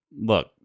look